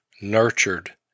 nurtured